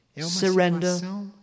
surrender